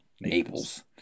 Naples